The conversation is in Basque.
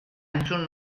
entzun